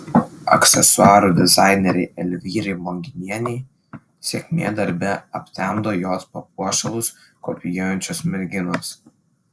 aksesuarų dizainerei elvyrai monginienei sėkmę darbe aptemdo jos papuošalus kopijuojančios merginos